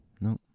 no